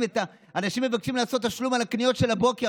אנשים מבקשים לשלם בתשלומים על הקניות של הבוקר,